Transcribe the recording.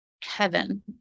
Kevin